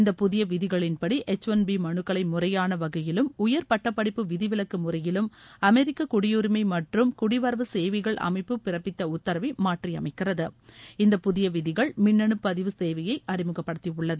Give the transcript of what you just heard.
இந்த புதிய விதிகளின்படி எச் ஒன் பி மலுக்களை முறையான வகையிலும் உயர் பட்டப்படிப்பு விதிவிலக்கு முறையிலும் அமெரிக்க குடியுரிமை மற்றும் குடிவரவு சேவைகள் அமைப்பு பிறப்பித்த உத்த்ரவை மாற்றியமைக்கிறது இந்த புதிய விதிகள் மின்னணு பதிவு தேவையை அறிமுகப்படுத்தியுள்ளது